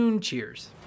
cheers